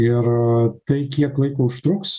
ir tai kiek laiko užtruks